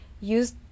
use